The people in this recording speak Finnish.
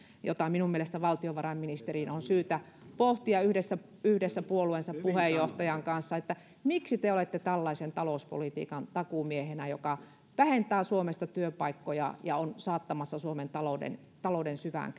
valtiovarainministerin on syytä pohtia yhdessä yhdessä puolueensa puheenjohtajan kanssa että miksi te olette tällaisen talouspolitiikan takuumiehenä joka vähentää suomesta työpaikkoja ja on saattamassa suomen talouden talouden syvään